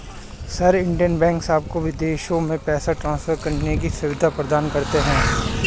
sir, Indian banks आपको विदेशों में पैसे ट्रान्सफर करने की सुविधा प्रदान करते हैं